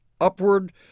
upward